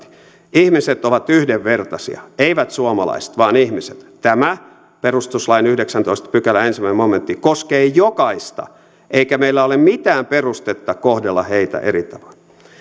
ihmiset ovat yhdenvertaisia eivät suomalaiset vaan ihmiset tämä perustuslain yhdeksästoista pykälä ensimmäinen momentti koskee jokaista eikä meillä ole mitään perustetta kohdella heitä eri tavoin